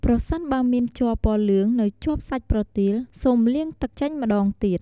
ប្រសិនបើមានជ័រពណ៌លឿងនៅជាប់សាច់ប្រទាល សូមលាងទឹកចេញម្ដងទៀត។